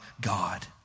God